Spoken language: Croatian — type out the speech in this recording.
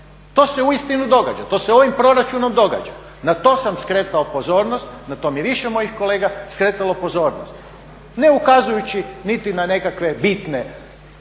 to se uistinu događa, to se ovim proračunom događa. Na to sam skretao pozornost, na to je više mojih kolega skretalo pozornost. Ne ukazujući niti na nekakve bitne